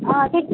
हां